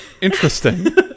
interesting